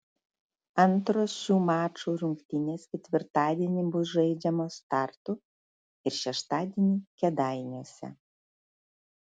antros šių mačų rungtynės ketvirtadienį bus žaidžiamos tartu ir šeštadienį kėdainiuose